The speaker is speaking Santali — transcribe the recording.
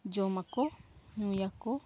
ᱡᱚᱢᱟᱠᱚ ᱧᱩᱭᱟᱠᱚ